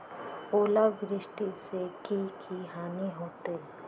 ओलावृष्टि से की की हानि होतै?